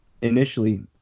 initially